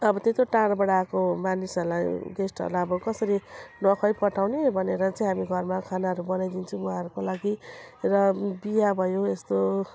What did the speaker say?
अब त्यत्रो टाढोबाट आएको मानिसहरूलाई गेस्टहरूलाई अब कसरी नखुवाई पठाउने भनेर चाहिँ हामी घरमा खानाहरू बनाइदिन्छु उहाँहरूको लागि र बिहा भयो यस्तो